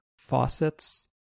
faucets